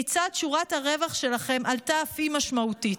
כיצד שורת הרווח שלכם עלתה אף היא משמעותית?